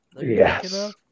Yes